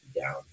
down